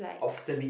obsolete